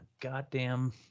goddamn